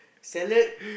salad